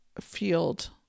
field